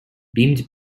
beamed